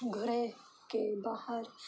ઘરે કે બહાર